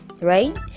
right